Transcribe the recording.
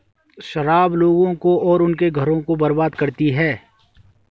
शराब लोगों को और उनके घरों को बर्बाद करती है